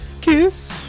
Kiss